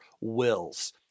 wills